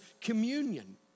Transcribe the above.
communion